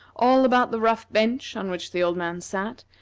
all about the rough bench on which the old man sat,